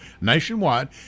nationwide